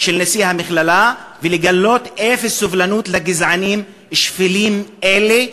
של נשיא המכללה ולגלות אפס סובלנות לגזענים שפלים אלה,